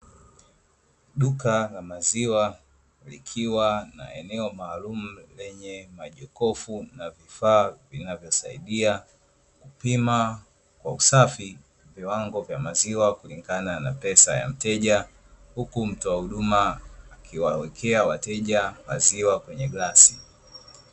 Duka la maziwa likiwa na eneo maalumu lenye majokofu na vifaa vyinavyosaidia kupima kwa usafi viwango vya maziwa kulingana na pesa ya mteja, huku mtoa huduma akiwawekea wateja maziwa kwenye glasi.